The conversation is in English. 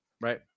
right